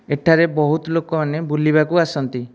ଏଠାରେ ବହୁତ ଲୋକମାନେ ବୁଲିବାକୁ ଆସନ୍ତି